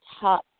top